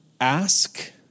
ask